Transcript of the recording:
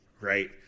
right